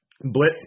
blitz